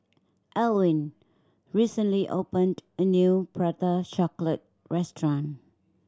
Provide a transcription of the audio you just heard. Elwyn recently opened a new Prata Chocolate restaurant